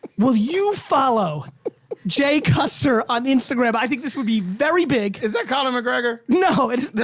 will you follow jai custer on instagram. i think this would be very big. is that conor mcgregor? no. the